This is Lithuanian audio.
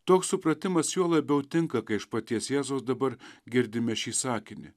toks supratimas juo labiau tinka kai iš paties jėzaus dabar girdime šį sakinį